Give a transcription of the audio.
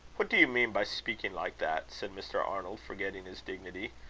what do you mean by speaking like that? said mr. arnold, forgetting his dignity.